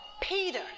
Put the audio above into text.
Peter